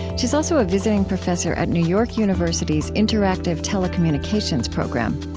she's also a visiting professor at new york university's interactive telecommunications program.